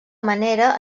manera